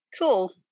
Cool